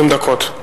20 דקות.